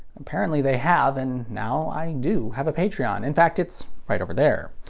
apparently they have and now, i do have a patreon. in fact, it's right over there.